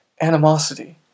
animosity